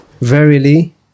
verily